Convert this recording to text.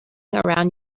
around